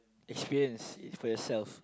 experience it for yourself